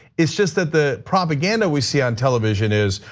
it's just that the propaganda we see on television is,